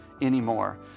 anymore